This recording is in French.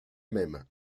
même